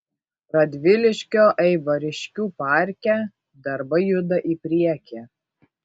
radviliškio eibariškių parke darbai juda į priekį